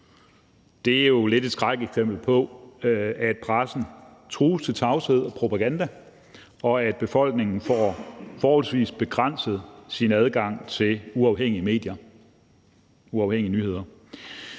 er det jo lidt et skrækeksempel på, at pressen trues til tavshed og propaganda, og at befolkningen får begrænset deres adgang til uafhængige medier, uafhængige nyheder.